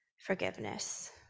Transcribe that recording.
forgiveness